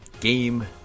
game